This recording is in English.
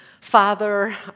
father